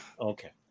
Okay